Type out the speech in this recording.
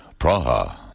Praha